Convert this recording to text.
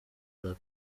black